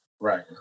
Right